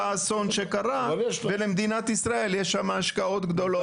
האסון שקרה ולמדינת ישראל יש שם השקעות גדולות.